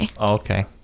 Okay